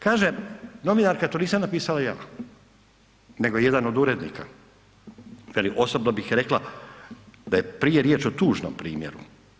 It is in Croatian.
Kaže novinarka, to nisam napisala ja nego jedan od urednika, veli osobno bih rekla da je prije riječ o tužnom primjeru.